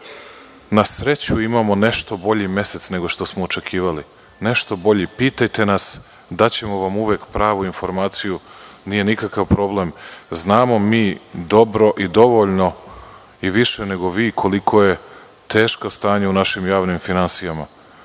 Na sreću imamo nešto bolji mesec nego što smo očekivali. Pitajte nas, daćemo vam uvek pravu informaciju, nije nikakav problem. Znamo mi dobro i dovoljno i više nego vi koliko je teško stanje u našim javnim finansijama,